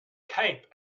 cape